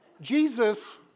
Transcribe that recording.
Jesus